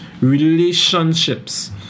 relationships